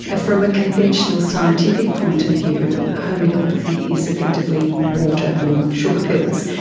ah from a conventional scientific point of view, homoeopathy is effectively water or sugar pills.